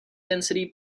density